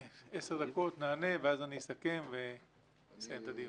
10 דקות נענה, ואז אני אסכם ונסיים את הדיון.